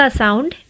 sound